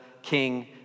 king